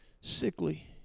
Sickly